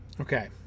Okay